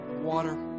water